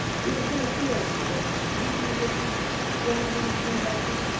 we have been afield, mother leaping ditches, scrambling through hedges,